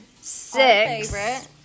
six